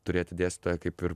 turėti dėstytoją kaip ir